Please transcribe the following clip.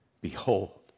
Behold